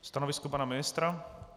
Stanovisko pana ministra?